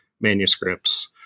manuscripts